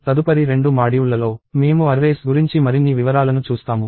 తదుపరి రెండు మాడ్యూళ్లలో మేము అర్రేస్ గురించి మరిన్ని వివరాలను చూస్తాము